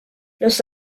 los